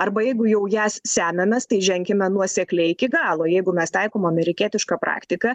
arba jeigu jau jas semiamės tai ženkime nuosekliai iki galo jeigu mes taikom amerikietišką praktiką